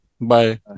Bye